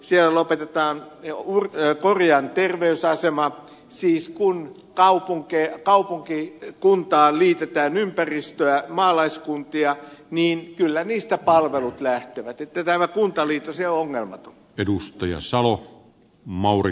kouvolassa lopetetaan korian terveysasema siis kun kaupunkikuntaan liitetään ympäristöä maalaiskuntia niin kyllä niistä palvelut lähtevät joten tämä kuntaliitos ei ole ongelmaton